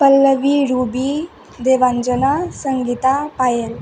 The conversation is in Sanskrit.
पल्लवि रूबि देवाञ्जना सङ्गिता पायल्